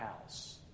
house